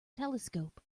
telescope